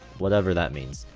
whatever that means,